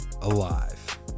alive